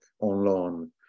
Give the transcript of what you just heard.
online